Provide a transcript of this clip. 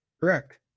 Correct